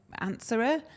answerer